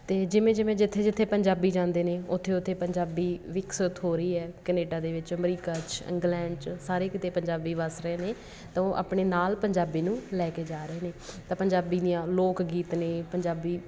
ਅਤੇ ਜਿਵੇਂ ਜਿਵੇਂ ਜਿੱਥੇ ਜਿੱਥੇ ਪੰਜਾਬੀ ਜਾਂਦੇ ਨੇ ਉੱਥੇ ਉੱਥੇ ਪੰਜਾਬੀ ਵਿਕਸਿਤ ਹੋ ਰਹੀ ਹੈ ਕਨੇਡਾ ਦੇ ਵਿੱਚ ਅਮਰੀਕਾ 'ਚ ਇੰਗਲੈਂਡ 'ਚ ਸਾਰੇ ਕਿਤੇ ਪੰਜਾਬੀ ਵੱਸ ਰਹੇ ਨੇ ਤਾਂ ਉਹ ਆਪਣੇ ਨਾਲ ਪੰਜਾਬੀ ਨੂੰ ਲੈ ਕੇ ਜਾ ਰਹੇ ਨੇ ਤਾਂ ਪੰਜਾਬੀ ਦੀਆਂ ਲੋਕ ਗੀਤ ਨੇ ਪੰਜਾਬੀ